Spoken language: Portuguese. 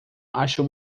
acho